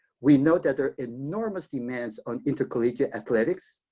we know that there are enormous demands on intercollegiate athletics,